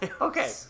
okay